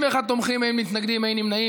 51 תומכים, אין מתנגדים, אין נמנעים.